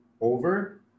over